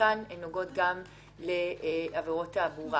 חלקן נוגעות גם לעבירות תעבורה.